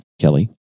Kelly